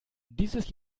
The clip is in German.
dieses